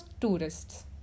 tourists